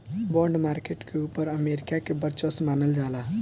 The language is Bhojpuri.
बॉन्ड मार्केट के ऊपर अमेरिका के वर्चस्व मानल जाला